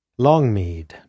Longmead